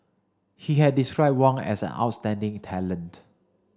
he had described Wang as an outstanding talent